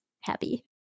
happy